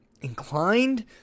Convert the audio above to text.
inclined